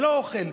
נא לסיים.